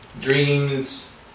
dreams